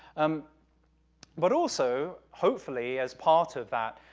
um but also, hopefully, as part of that,